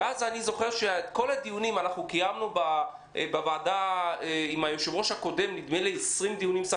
ואז אני זוכר שבדיונים שקיימנו בוועדה נדמה לי 20 דיונים בסך